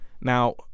Now